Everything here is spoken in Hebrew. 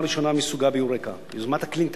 ראשונה מסוגה ב"יוריקה" יוזמת ה"קלינטק",